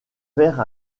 verre